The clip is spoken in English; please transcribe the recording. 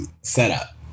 setup